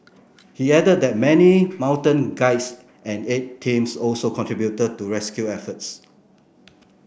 he added that many mountain guides and aid teams also contributed to rescue efforts